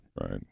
Right